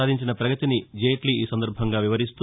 సాధించిన పగతిని జైట్లీ వివరిస్తూ